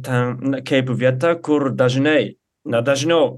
ten na kaip vieta kur dažnai na dažniau